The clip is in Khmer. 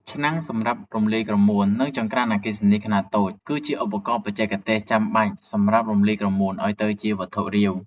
ឆ្នាំងសម្រាប់រំលាយក្រមួន និងចង្ក្រានអគ្គិសនីខ្នាតតូច គឺជាឧបករណ៍បច្ចេកទេសចាំបាច់សម្រាប់រំលាយក្រមួនឱ្យទៅជាវត្ថុរាវ។